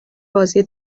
بازی